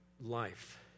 life